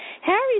Harry